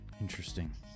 Interesting